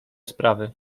sprawy